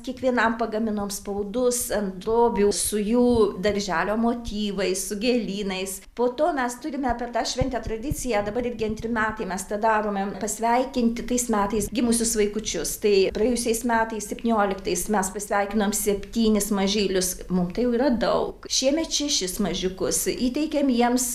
kiekvienam pagaminom spaudus ant drobių su jų darželio motyvais su gėlynais po to mes turime per tą šventę tradiciją dabar irgi antri metai mes tą darome pasveikinti tais metais gimusius vaikučius tai praėjusiais metais septynioliktais mes pasveikinom septynis mažylius mum tai jau yra daug šiemet šešis mažiukus įteikėm jiems